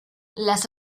las